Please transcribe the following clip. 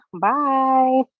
Bye